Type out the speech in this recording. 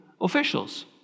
officials